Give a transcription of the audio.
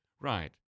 Right